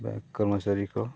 bank ᱠᱚᱨᱢᱚ ᱪᱟᱹᱨᱤ ᱠᱚ